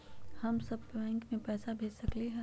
हम सब बैंक में पैसा भेज सकली ह?